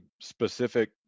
specific